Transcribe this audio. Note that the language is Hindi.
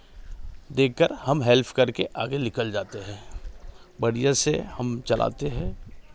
देख कर हम हेल्प करके आगे निकल जाते हैं बढ़िया से हम चलाते हैं